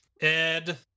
Ed